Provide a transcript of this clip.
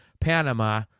Panama